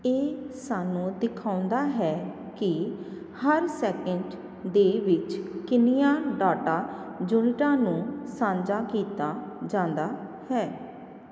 ਇਹ ਸਾਨੂੰ ਦਿਖਾਉਂਦਾ ਹੈ ਕਿ ਹਰ ਸੈਕਿੰਡ ਦੇ ਵਿੱਚ ਕਿੰਨੀਆਂ ਡਾਟਾ ਯੂਨਿਟਾਂ ਨੂੰ ਸਾਂਝਾ ਕੀਤਾ ਜਾਂਦਾ ਹੈ